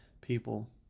people